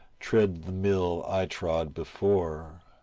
tread the mill i trod before.